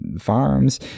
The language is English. farms